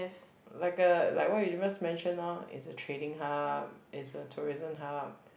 like a like what you previous mention loh is a trading hub is a tourism hub